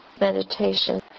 meditation